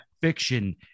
Fiction